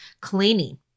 Cleaning